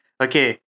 Okay